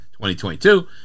2022